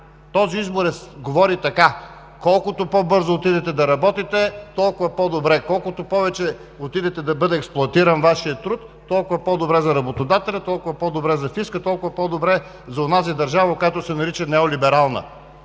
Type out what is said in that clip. Този избор говори така: колкото по-бързо отидете да работите, толкова по-добре. Колкото повече отидете да бъде експлоатиран Вашият труд, толкова по-добре за работодателя, толкова по-добре за фиска, толкова по-добре за онази държава, която се нарича неолиберална.